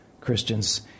Christians